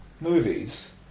movies